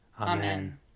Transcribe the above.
Amen